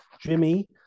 jimmy